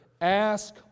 Ask